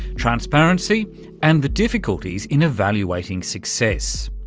transparency and the difficulties in evaluating success.